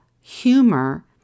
humor